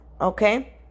Okay